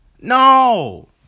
No